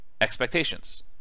expectations